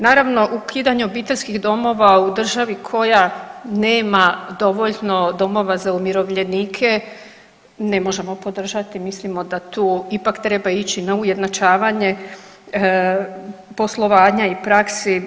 Naravno, ukidanje obiteljskih domova u državu koja nema dovoljno domova za umirovljenike, ne možemo podržati, mislimo da tu ipak treba ići na ujednačavanje poslovanja i praksi.